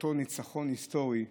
לאותו ניצחון היסטורי,